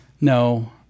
No